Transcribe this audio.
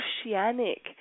oceanic